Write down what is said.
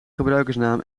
gebruikersnaam